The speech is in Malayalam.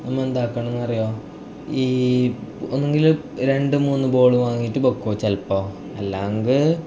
നമ്മൾ എന്തൊക്കെ ആണെന്നറിയുമോ ഈ ഒന്നെങ്കിൽ രണ്ട് മൂന്ന് ബോൾ വാങ്ങിയിട്ട് വയ്ക്കുവോ ചിലപ്പോൾ അല്ലെങ്കിൽ